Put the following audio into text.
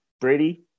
Brady